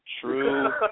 True